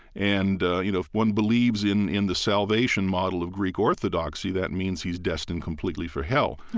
and you know, if one believes in in the salvation model of greek orthodoxy, that means he's destined completely for hell.